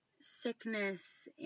sickness